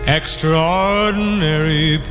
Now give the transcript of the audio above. extraordinary